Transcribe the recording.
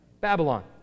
Babylon